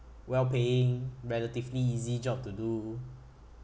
well paying relatively easy job to do